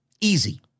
Easy